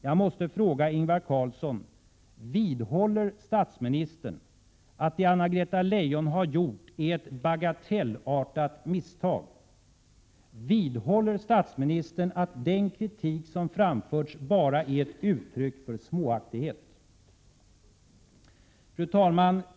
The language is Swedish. Jag måste fråga Ingvar Carlsson: Vidhåller statsministern att det Anna Greta Leijon har gjort är ett bagatellartat misstag? Vidhåller statsministern att den kritik som framförts bara är ett uttryck för ”småaktighet”? Fru talman!